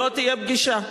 לא תהיה פגישה.